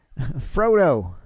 Frodo